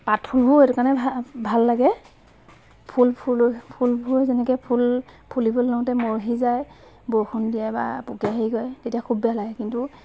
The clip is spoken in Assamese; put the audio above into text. পাত ফুলবোৰ এইটো কাৰণে ভা ভাল লাগে ফুল ফুল ফুলবোৰ যেনেকৈ ফুল ফুলিব লওঁতেই মৰহি যায় বৰষুণ দিয়ে বা পোকে হেৰি কৰে তেতিয়া খুব বেয়া লাগে কিন্তু